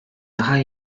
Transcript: daha